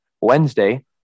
Wednesday